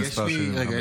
מס' 75. רגע,